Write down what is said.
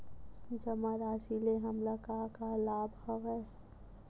जमा राशि ले हमला का का लाभ हवय?